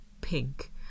Pink